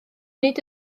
nid